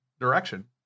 direction